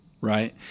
right